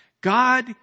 God